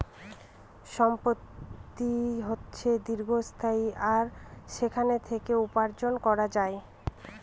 সম্পত্তি হচ্ছে দীর্ঘস্থায়ী আর সেখান থেকে উপার্জন করা যায়